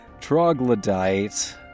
troglodyte